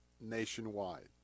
nationwide